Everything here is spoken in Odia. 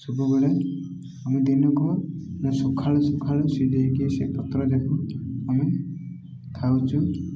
ସବୁବେଳେ ଆମେ ଦିନକୁ ଆମେ ସକାଳୁ ସକାଳୁ ସିଜେଇକି ସେ ପତ୍ର ଯାକୁ ଆମେ ଖାଉଛୁ